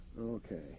Okay